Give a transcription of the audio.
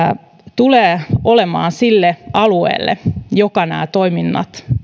tulee olemaan positiivista nostetta sille alueelle joka nämä toiminnat